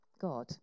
God